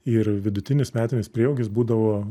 ir vidutinis metinis prieaugis būdavo